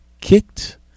kicked